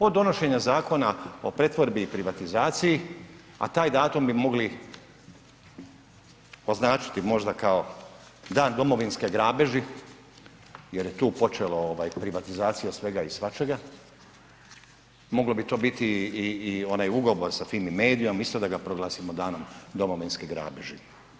Od donošenja Zakona o pretvorbi i privatizaciji a taj datum bi mogli označiti možda kao dan domovinske grabeži jer je tu počelo privatizacija svega i svačega, moglo bi to biti i onaj ugovor sa FIMI-MEDIA-om isto da ga proglasimo danom domovinske grabeži.